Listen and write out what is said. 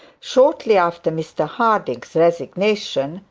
shortly after mr harding's resignation,